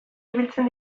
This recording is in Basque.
ibiltzen